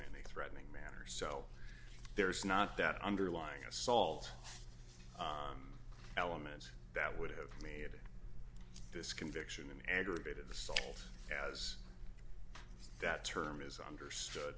a threatening manner so there is not that underlying assault element that would have made this conviction an aggravated assault as that term is understood